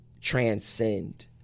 transcend